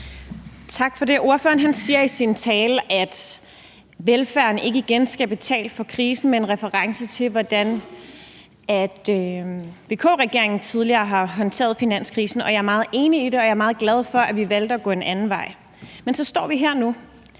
Tak for det. Ordføreren siger i sin tale, at velfærden ikke igen skal betale for krisen, med en reference til, hvordan VK-regeringen tidligere har håndteret finanskrisen. Jeg er meget enig i det, og jeg er meget glad for, at vi valgte at gå en anden vej, men så står vi her nu.